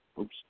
Oops